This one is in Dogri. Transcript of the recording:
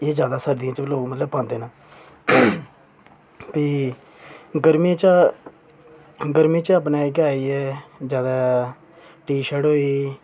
एह् ज्यादा सर्दियें च लोग मतलब पांदे न फ्ही गर्मियें चा गर्मी च अपने इयै आई गे ज्यादा टी शर्ट होई गेई